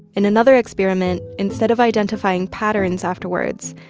in another experiment, instead of identifying patterns afterwards,